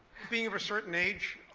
being of a certain age,